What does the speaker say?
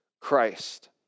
Christ